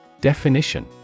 Definition